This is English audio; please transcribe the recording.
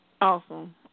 Awesome